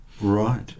Right